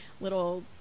little